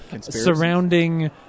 surrounding